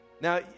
Now